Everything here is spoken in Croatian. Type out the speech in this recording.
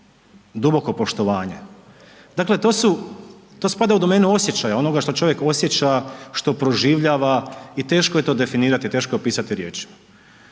duboko poštovanje, dakle to spada u domenu osjećaja, ono što čovjek osjeća, što proživljava i teško je to definirati, teško je opisati riječima.